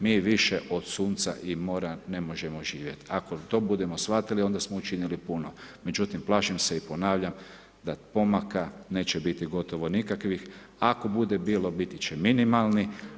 Mi više od sunca i mora ne možemo živjet, ako to bude shvatili onda smo učinili puno međutim plašim se i ponavljam da pomaka neće biti gotovo nikakvih, ako bude bilo, biti će minimalni.